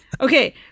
Okay